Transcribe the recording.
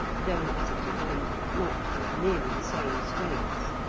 though, as it happened, not with nearly the same strength.